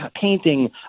painting